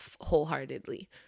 wholeheartedly